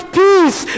peace